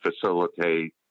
facilitate